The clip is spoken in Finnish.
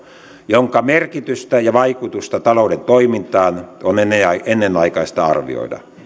jonka merkitystä ja vaikutusta talouden toimintaan on ennenaikaista arvioida